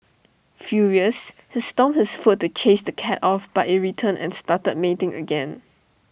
furious he stomped his foot to chase the cat off but IT returned and started A mating again